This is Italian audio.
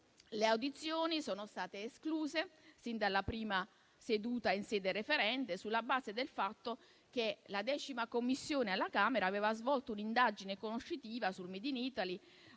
Le audizioni sono state escluse, sin dalla prima seduta in sede referente, sulla base del fatto che la X Commissione alla Camera aveva svolto un'indagine conoscitiva sul *made in Italy*,